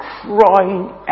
crying